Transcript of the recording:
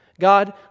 God